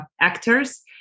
actors